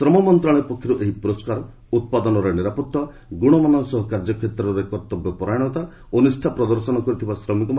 ଶ୍ରମ ମନ୍ତ୍ରଣାଳୟ ପକ୍ଷରୁ ଏହି ପୁରସ୍କାର ଉତ୍ପାଦନରେ ନିରାପତ୍ତା ଗୁଣମାନ ସହ କାର୍ଯ୍ୟକ୍ଷେତ୍ରରେ କର୍ତ୍ତବ୍ୟପରାୟଣତା ଓ ନିଷା ପ୍ରଦର୍ଶନ କରିଥିବା ଶ୍ରମିକମାନଙ୍କୁ ଦିଆଯାଇଥାଏ